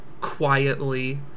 quietly